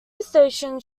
stations